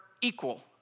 equal